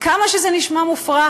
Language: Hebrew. כמה שזה נשמע מופרך,